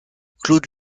claude